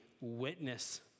witness